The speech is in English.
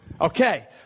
Okay